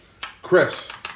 Chris